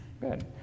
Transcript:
Good